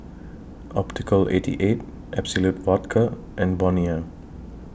Optical eighty eight Absolut Vodka and Bonia